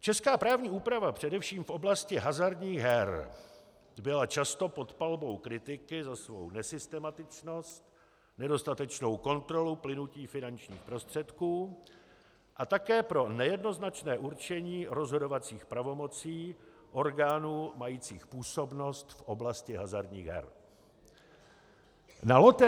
Česká právní úprava především v oblasti hazardních her byla často pod palbou kritiky za svou nesystematičnost, nedostatečnou kontrolu plynutí finančních prostředků a také pro nejednoznačné určení rozhodovacích pravomocí orgánů majících působnost v oblasti hazardních her.